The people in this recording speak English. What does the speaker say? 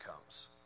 comes